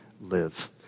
live